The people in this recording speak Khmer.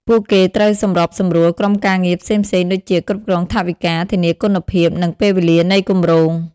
ពួកគេត្រូវសម្របសម្រួលក្រុមការងារផ្សេងៗដូចជា គ្រប់គ្រងថវិកា ធានាគុណភាព និងពេលវេលានៃគម្រោង។